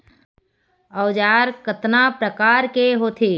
औजार कतना प्रकार के होथे?